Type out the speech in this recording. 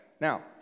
Now